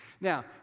Now